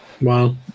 Wow